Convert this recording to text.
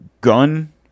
gun